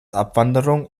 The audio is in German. abwanderung